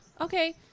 Okay